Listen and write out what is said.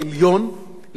ובוודאי דעתו,